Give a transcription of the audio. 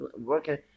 working